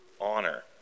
honor